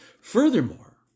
Furthermore